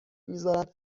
میذارن